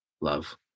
love